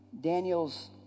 Daniel's